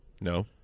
No